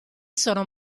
sono